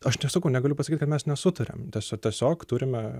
aš sakau negaliu pasakyt kad mes nesutariam ties tiesiog turime